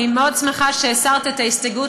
אני מאוד שמחה שהסרת את ההסתייגות.